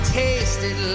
tasted